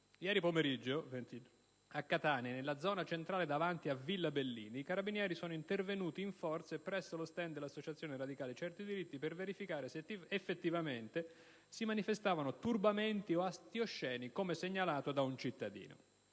Ieri pomeriggio a Catania, nella zona centrale, davanti a Villa Bellini, i Carabinieri sono intervenuti in forze presso lo *stand* dell'Associazione radicale «Certi Diritti» per verificare se effettivamente si manifestavano turbamenti o atti osceni, come segnalato da un cittadino.